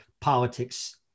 politics